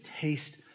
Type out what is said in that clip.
taste